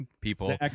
people